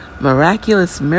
miraculous